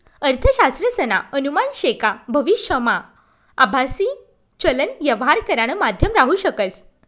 अर्थशास्त्रज्ञसना अनुमान शे का भविष्यमा आभासी चलन यवहार करानं माध्यम राहू शकस